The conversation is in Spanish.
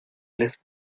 les